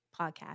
podcast